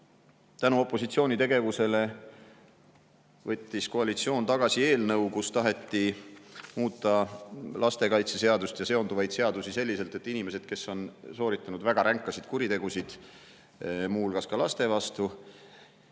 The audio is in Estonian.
tänu opositsiooni tegevusele tagasi eelnõu, kus taheti muuta lastekaitseseadust ja seonduvaid seadusi selliselt, et inimesed, kes on sooritanud väga ränkasid kuritegusid, muu hulgas laste vastu,